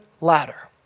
ladder